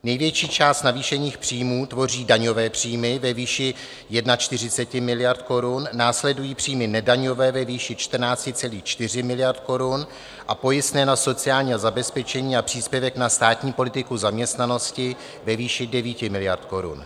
Největší část navýšených příjmů tvoří daňové příjmy ve výši 41 miliard korun, následují příjmy nedaňové ve výši 14,4 miliardy korun a pojistné na sociální zabezpečení a příspěvek na státní politiku zaměstnanosti ve výši 9 miliard korun.